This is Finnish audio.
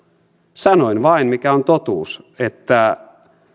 sanoin vain mikä on totuus että